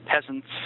peasants